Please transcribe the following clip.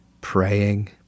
praying